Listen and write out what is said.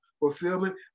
fulfillment